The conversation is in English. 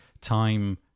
Time